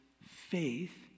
faith